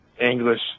English